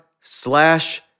slash